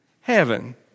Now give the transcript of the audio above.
heaven